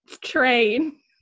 train